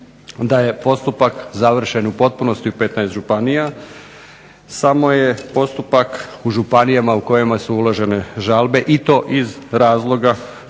da je postupak završen u potpunosti u 15 županija. Samo je postupak u županijama u kojima su uložene žalbe i to iz razloga